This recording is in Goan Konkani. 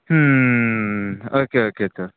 ओके ओके तोर